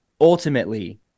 ultimately